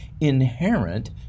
inherent